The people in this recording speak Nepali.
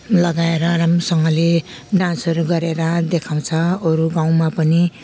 लगाएर राम्रोसँगले डान्सहरू गरेर देखाउँछ अरू गाउँमा पनि